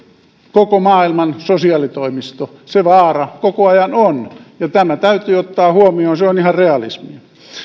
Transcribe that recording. koko maailman sosiaalitoimisto se vaara koko ajan on ja tämä täytyy ottaa huomioon se on ihan realismia